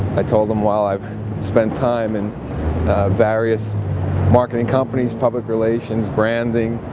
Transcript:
i told him while i've spent time in various marketing companies, public relations, branding,